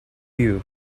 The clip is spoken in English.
you